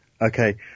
Okay